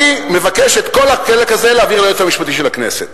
אני מבקש את כל החלק הזה להעביר ליועץ המשפטי של הכנסת.